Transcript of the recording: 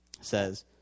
says